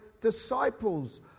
disciples